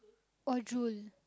or drool